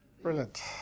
Brilliant